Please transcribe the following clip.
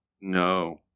No